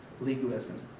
legalism